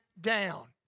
down